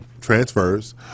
transfers